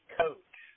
coach